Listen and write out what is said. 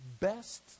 best